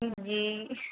जी जी